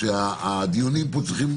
שהדיונים פה צריכים